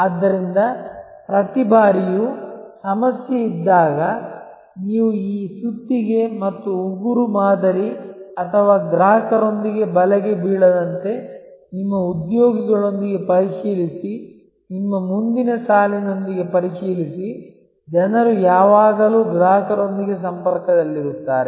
ಆದ್ದರಿಂದ ಪ್ರತಿ ಬಾರಿಯೂ ಸಮಸ್ಯೆ ಇದ್ದಾಗ ನೀವು ಈ ಮೊಳೆ ಅಥವಾ ಆಣಿ ಮಾದರಿ ಅಥವಾ ಗ್ರಾಹಕರೊಂದಿಗೆ ಬಲೆಗೆ ಬೀಳದಂತೆ ನಿಮ್ಮ ಉದ್ಯೋಗಿಗಳೊಂದಿಗೆ ಪರಿಶೀಲಿಸಿ ನಿಮ್ಮ ಮುಂದಿನ ಸಾಲಿನೊಂದಿಗೆ ಪರಿಶೀಲಿಸಿ ಜನರು ಯಾವಾಗಲೂ ಗ್ರಾಹಕರೊಂದಿಗೆ ಸಂಪರ್ಕದಲ್ಲಿರುತ್ತಾರೆ